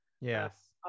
yes